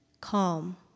calm